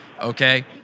Okay